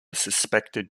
suspected